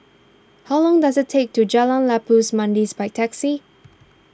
how long does it take to Jalan Labu Manis by taxi